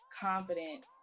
confidence